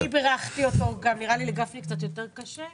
אני בירכתי אותו, ונראה לי לגפני קצת יותר קשה.